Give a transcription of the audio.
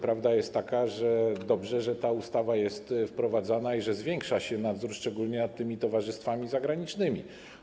Prawda jest taka, że dobrze, że ta ustawa jest wprowadzana i że zwiększa się nadzór, szczególnie nad tymi towarzystwami zagranicznymi.